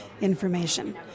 information